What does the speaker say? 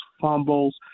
fumbles